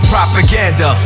Propaganda